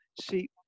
see